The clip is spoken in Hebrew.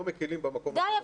לא מקלים במקום --- די,